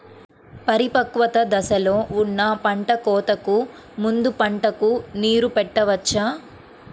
పరిపక్వత దశలో ఉన్న పంట కోతకు ముందు పంటకు నీరు పెట్టవచ్చా?